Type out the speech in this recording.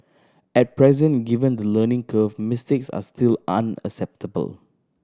at present given the learning curve mistakes are still an acceptable